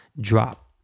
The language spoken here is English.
Drop